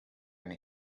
eine